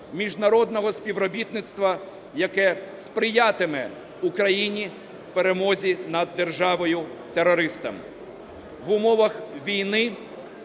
міжнародного співробітництва, яке сприятиме Україні в перемозі над державою-терористом. В умовах війни